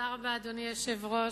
קופסה גדולה,